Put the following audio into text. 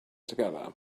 together